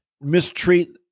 mistreat